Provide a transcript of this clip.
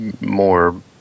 More